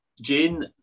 Jane